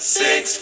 six